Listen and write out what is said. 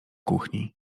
kuchni